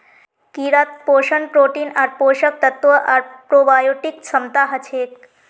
कीड़ात पोषण प्रोटीन आर पोषक तत्व आर प्रोबायोटिक क्षमता हछेक